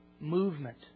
movement